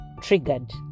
triggered